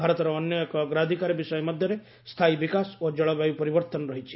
ଭାରତର ଅନ୍ୟ ଏକ ଅଗ୍ରାଧିକାର ବିଷୟ ମଧ୍ୟରେ ସ୍ଥାୟୀ ବିକାଶ ଓ ଜଳବାୟୁ ପରିବର୍ତ୍ତନ ରହିଛି